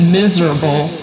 miserable